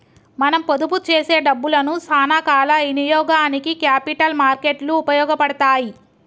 మనం పొదుపు చేసే డబ్బులను సానా కాల ఇనియోగానికి క్యాపిటల్ మార్కెట్ లు ఉపయోగపడతాయి